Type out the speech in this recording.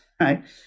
right